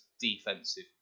defensive